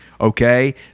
okay